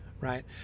right